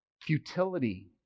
futility